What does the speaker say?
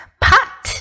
pot